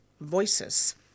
voices